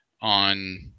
on